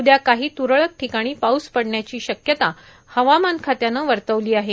उद्या काही तुरळक ठिकाणी पाऊस पडण्याची शक्यता हवामान खात्यानं वर्तवली आहे